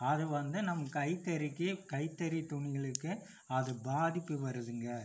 அது வந்து நம் கைத்தறிக்கு கைத்தறி துணிகளுக்கு அது பாதிப்பு வருதுங்கள்